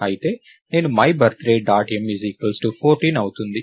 అయితే నేనుmy birthday date m 14 అవుతుంది